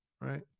right